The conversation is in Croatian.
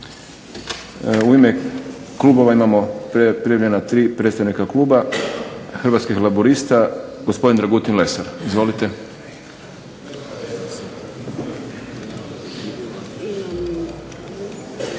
U ime klubova imamo prijavljena tri predstavnika kluba, Hrvatskih laburista gospodin Dragutin Lesar. Izvolite.